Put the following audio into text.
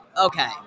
Okay